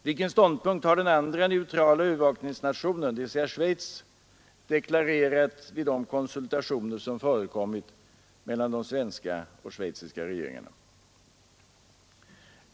Vilken ståndpunkt har den andra neutrala övervakningsnationen, dvs. Schweiz, deklarerat vid de konsultationer som förekommit mellan de svenska och schweiziska regeringarna?